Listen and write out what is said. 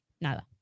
Nada